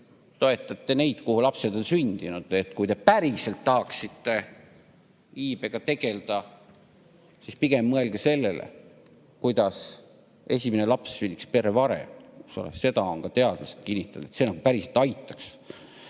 toetate neid, kuhu lapsed on sündinud. Kui te päriselt tahaksite iibega tegelda, siis pigem mõelge sellele, kuidas esimene laps sünniks perre varem. Seda on ka teadlased kinnitanud, et see päriselt aitaks.